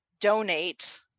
donate